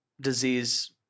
disease